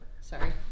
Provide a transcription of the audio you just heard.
Sorry